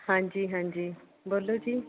ਹਾਂਜੀ ਹਾਂਜੀ ਬੋਲੋ ਜੀ